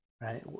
right